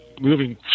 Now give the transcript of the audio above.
moving